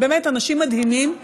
אבל באמת אנשים מדהימים,